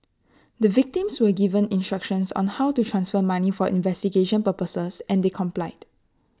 the victims were given instructions on how to transfer money for investigation purposes and they complied